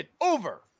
over